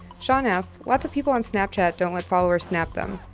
shaun asks, lots of people on snapchat don't let followers snap them.